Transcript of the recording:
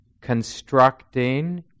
constructing